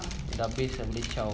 habis boleh ciao